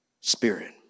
Spirit